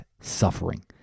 suffering